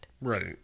Right